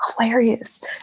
hilarious